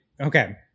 Okay